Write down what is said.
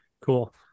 Cool